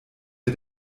wir